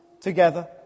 together